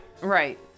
Right